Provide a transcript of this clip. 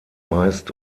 meist